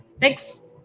Thanks